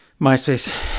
MySpace